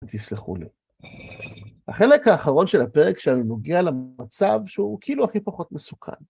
תסלחו לי. החלק האחרון של הפרק כשאני נוגע למצב שהוא כאילו הכי פחות מסוכן.